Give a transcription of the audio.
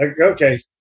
Okay